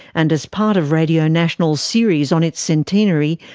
and as part of radio national's series on its centenary,